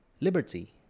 liberty